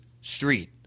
street